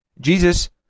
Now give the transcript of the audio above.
Jesus